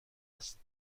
است